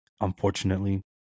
Unfortunately